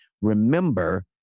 remember